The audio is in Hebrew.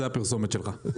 זו הפרסומת שלך.